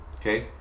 okay